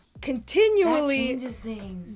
continually